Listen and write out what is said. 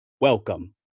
Welcome